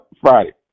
Friday